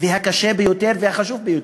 והקשה ביותר והחשוב ביותר.